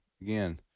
Again